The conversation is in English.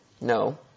No